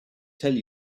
tell